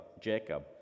Jacob